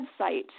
website